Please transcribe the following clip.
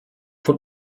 von